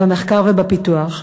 במחקר ובפיתוח.